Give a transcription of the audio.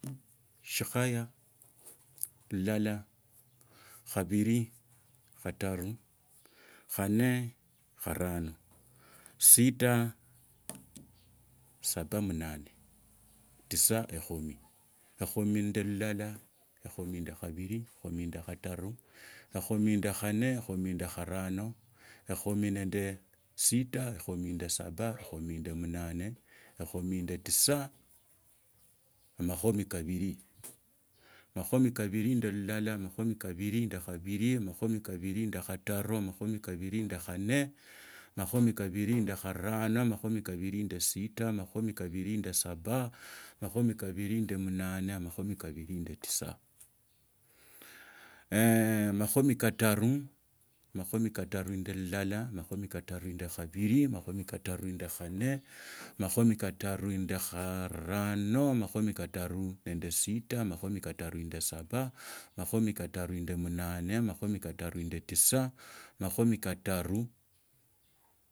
Shikhaya liala khabili khalaru khanne kharana sita saba munane tisii ekhumi ekhumi nende ilala ekhumi nende khabili ekhumi nende khataru ekhumi nende khanne ekhumi nende kharane ekhumi nende sita ekhumi nende saba ekhumi nende munane ekhumi nende tisa omakhumi kabili amakhumi kabili nenda ilala makhumi kabili nenda kabili amakhumi kabili nende kataru amakhumi kabili nende khanne amakhumi kabili nende karano amakhumi kabili nende sita amakhumi kabili nende saba amakhumi kabili nende munane amakhumi kabili nende tisa amakhumi kataru amakhumi kataru nende ilala amakhumi kaaru nende kabili amakhumi kataru nende kanne amakhumi kataru nende karano amakhumi kataru nende sita amakhumi kataru nende saba amakhumi kataru nende munane amakhumi kataru nende tisa amakhumi kataru.